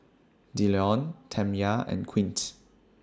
Dillon Tamya and Quint